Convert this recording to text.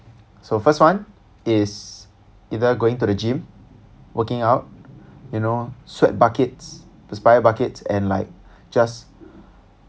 so first one is either going to the gym working out you know sweat buckets perspire buckets and like just